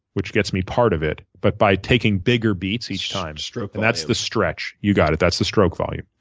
which gets me part of it, but by taking bigger beats each time. stroke volume. and that's the stretch. you got it. that's the stroke volume.